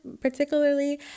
particularly